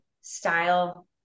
style